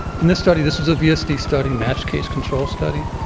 in this study, this was a vsd study study match case control study.